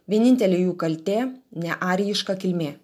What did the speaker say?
vienintelė jų kaltė nearijiška kilmė